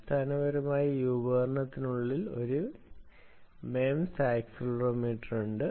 അടിസ്ഥാനപരമായി ഈ ഉപകരണത്തിനുള്ളിൽ ഒരു MEMS ആക്സിലറോമീറ്റർ ഉണ്ട്